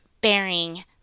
bearing